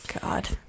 God